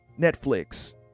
Netflix